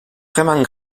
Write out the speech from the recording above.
vraiment